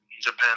Japan